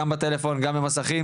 גם בטלפון וגם במסכים,